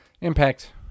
Impact